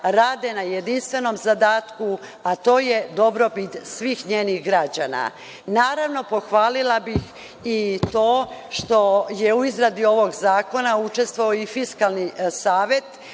rade na jedinstvenom zadatku, a to je dobrobit svih njenih građana. Pohvalila bih i to što je u izradi ovog zakona učestvovao i Fiskalni savet